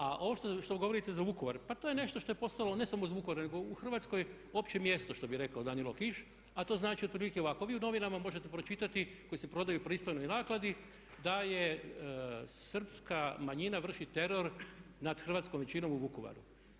A ovo što govorite za Vukovar pa to je nešto što je postalo ne samo za Vukovar nego u Hrvatskoj opće mjesto što bi rekao Danilo Kiš, a to znači otprilike ovako, vi u novinama možete pročitati koje se prodaju u pristojnoj nakladi da je srpska manjina vrši teror nad hrvatskom većinom u Vukovaru.